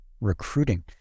recruiting